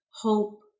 hope